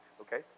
okay